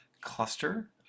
cluster